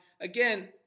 again